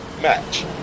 match